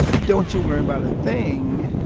don't you worry about a thing,